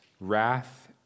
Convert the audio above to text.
Wrath